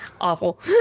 Awful